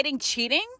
cheating